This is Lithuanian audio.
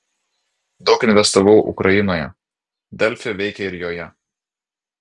daug investavau ukrainoje delfi veikia ir joje